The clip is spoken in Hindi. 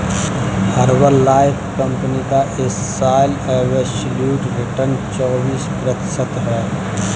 हर्बललाइफ कंपनी का इस साल एब्सोल्यूट रिटर्न चौबीस प्रतिशत है